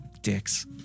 Dicks